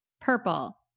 Purple